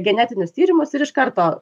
genetinius tyrimus ir iš karto